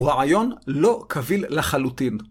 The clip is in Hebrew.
הוא רעיון לא קביל לחלוטין.